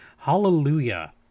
hallelujah